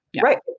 Right